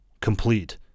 complete